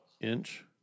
Inch